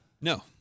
No